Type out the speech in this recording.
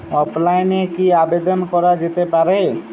অফলাইনে কি আবেদন করা যেতে পারে?